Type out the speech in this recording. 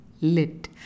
Lit